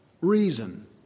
Reason